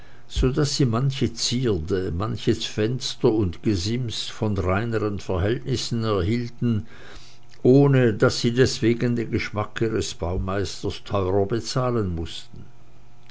so daß sie manche zierde manches fenster und gesims von reineren verhältnissen erhielten ohne daß sie deswegen den geschmack ihres baumeisters teurer bezahlen mußten